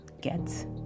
get